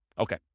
Okay